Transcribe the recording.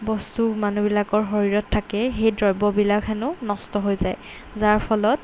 বস্তু মানুহবিলাকৰ শৰীৰত থাকে সেই দ্ৰব্যবিলাক হেনো নষ্ট হৈ যায় যাৰ ফলত